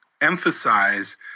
emphasize